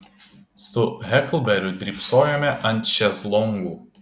su heklberiu drybsojome ant šezlongų